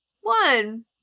one